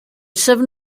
seven